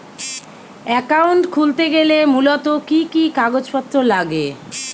Account খুলতে গেলে মূলত কি কি কাগজপত্র লাগে?